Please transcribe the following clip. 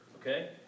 okay